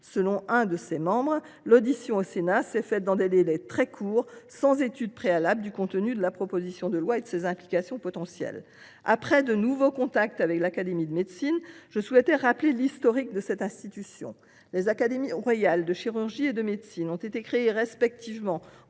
Selon l’un de ses membres, l’audition s’est tenue dans des délais très courts, sans étude préalable du contenu de la proposition de loi et de ses implications potentielles. Après avoir eu de nouveaux contacts avec l’Académie nationale de médecine, je souhaite rappeler l’historique de cette institution. L’Académie royale de chirurgie et la Société royale de médecine ont été créées respectivement